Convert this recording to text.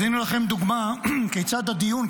אז הינה לכם דוגמה כיצד הדיון,